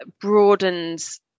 broadens